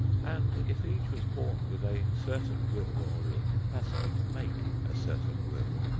and, if each was born with a certain will or the capacity to make a certain will,